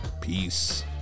Peace